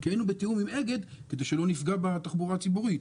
כי היינו בתיאום עם אגד כדי שלא נפגע בתחבורה הציבורית.